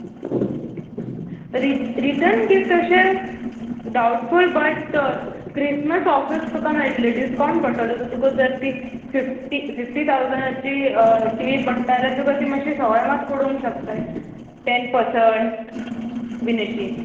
writ return gift अशें doubtful but Christmas offers तुका मेळटले डिस्कावंट पडटले ज तुका जर ती फिफ्टी फिफ्टी थावजंडाची टी वी पडटा जाल्यार तुका ती मातशी सवाय मात पडूंक शकताय टेन पर्संट बीन अशी